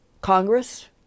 Congress